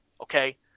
okay –